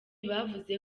bavuze